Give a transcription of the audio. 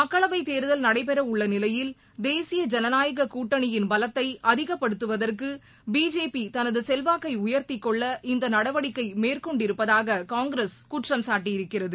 மக்களவைதேர்தல் நடைபெறவுள்ளநிலையில் தேசிய ஐனநாயககூட்டனியின் பலத்தைஅதிகப்படுத்துவதற்குபிஜேபிதனதசெல்வாக்கைஉயர்த்திக்கொள்ள இந்தநடவடிக்கைமேற்கொண்டிருப்பதாககாங்கிரஸ் குற்றம் சாட்டியிருக்கிறது